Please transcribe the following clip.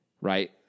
right